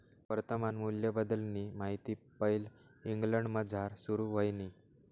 वर्तमान मूल्यबद्दलनी माहिती पैले इंग्लंडमझार सुरू व्हयनी